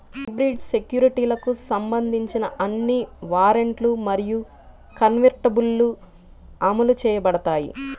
hybrid సెక్యూరిటీలకు సంబంధించిన అన్ని వారెంట్లు మరియు కన్వర్టిబుల్లు అమలు చేయబడతాయి